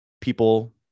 people